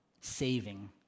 saving